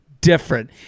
different